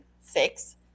six